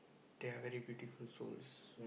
they are very beautiful souls